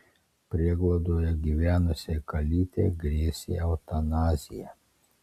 prieglaudoje gyvenusiai kalytei grėsė eutanazija